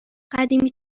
قدیمی